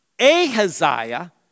Ahaziah